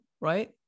right